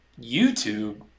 youtube